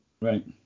Right